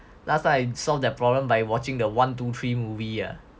last time I solved the problem by watching the one two three movie ah